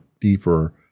deeper